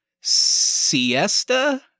siesta